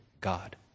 God